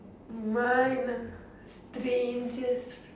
mine strangest